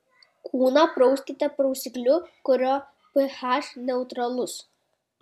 kūną prauskite prausikliu kurio ph neutralus